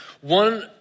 one